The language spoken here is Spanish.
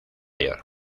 york